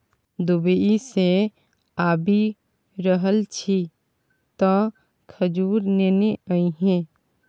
Dubai सँ आबि रहल छी तँ खजूर नेने आबिहे